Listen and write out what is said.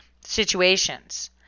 situations